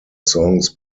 songs